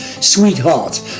Sweetheart